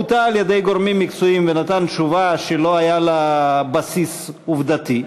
הוטעה על-ידי גורמים מקצועיים ונתן תשובה שלא היה לה בסיס עובדתי,